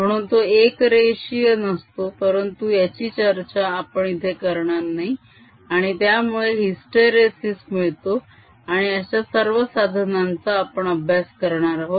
म्हणून तो एक रेषीय नसतो परंतु याची चर्चा आपण इथे करणार नाही आणि त्यामुळे हिस्टरेसीस मिळतो आणि अशा सर्व साधनांचा आपण अभ्यास करणार आहोत